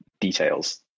details